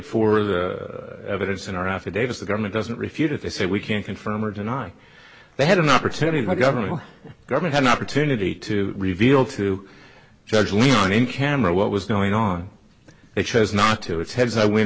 for the evidence in our affidavits the government doesn't refute it they say we can't confirm or deny they had an opportunity the government government an opportunity to reveal to judge leon in camera what was going on they chose not to it's heads i win